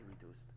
reduced